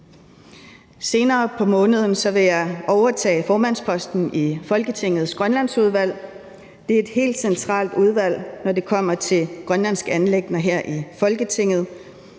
Senere på måneden vil jeg overtage formandsposten i Folketingets Grønlandsudvalg. Det er et helt centralt udvalg, når det kommer til grønlandske anliggender her i Folketinget,